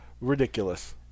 ridiculous